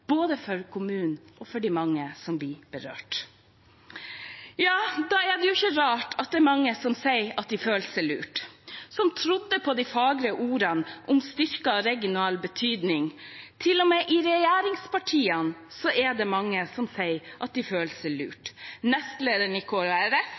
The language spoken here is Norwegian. både for kommunen og for de mange som blir berørt. Da er det ikke rart at det er mange som sier at de føler seg lurt – som trodde på de fagre ordene om en styrket regional betydning. Til og med i regjeringspartiene er det mange som sier at de